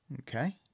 Okay